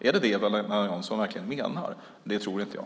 Är det verkligen det Eva-Lena Jansson menar? Det tror inte jag.